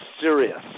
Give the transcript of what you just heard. serious